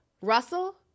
Russell